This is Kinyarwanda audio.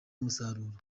umusaruro